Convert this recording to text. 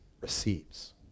receives